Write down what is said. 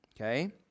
Okay